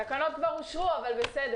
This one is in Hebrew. התקנות כבר אושרו, אבל אפשר.